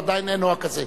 אבל עדיין אין נוהג כזה.